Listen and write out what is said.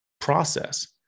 process